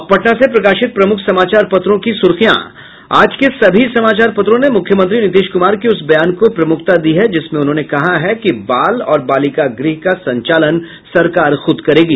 अब पटना से प्रकाशित प्रमुख समाचार पत्रों की सुर्खियां आज के सभी समाचार पत्रों ने मुख्यमंत्री नीतीश कुमार के उस बयान को प्रमुखता दी है जिसमें उन्होंने कहा है कि बाल और बालिका गृह का संचालन सरकार खुद करेगी